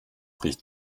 riecht